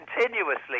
continuously